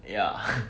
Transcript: ya